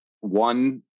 one